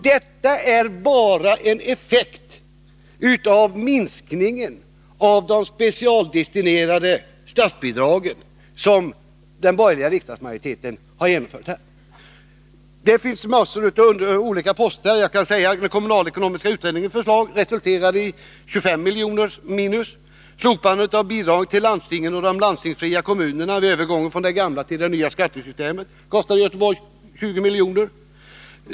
Det är alltså bara en effekt av den minskning av de specialdestinerade statsbidragen som den borgerliga riksdagsmajoriteten har genomfört. Det finns massor av olika poster att nämna i det här sammanhanget. Den kommunalekonomiska utredningens förslag resulterade i 25 miljoner minus. Slopandet av bidragen till landstingen och de landstingsfria kommunerna vid övergången från det gamla till det nya skattesystemet kostade Göteborg 20 miljoner.